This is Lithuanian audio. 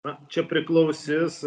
na čia priklausys